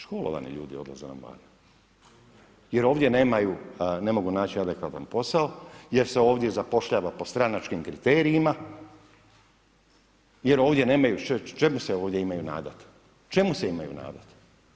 Školovani ljudi odlaze nam van jer ovdje nemaju, ne mogu naći adekvatan posao, jer se ovdje zapošljava po stranačkim kriterijima, jer ovdje nemaju, čemu se ovdje imaju nadati, čemu se imaju nadati?